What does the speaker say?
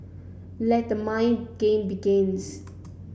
let the mind game begins